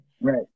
Right